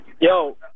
Yo